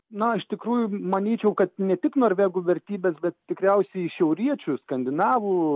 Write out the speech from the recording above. na iš tikrųjų manyčiau kad ne tik norvegų vertybes bet tikriausiai šiauriečius skandinavų